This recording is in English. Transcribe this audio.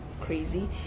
crazy